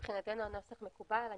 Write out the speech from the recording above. מבחינתנו הנוסח מקובל.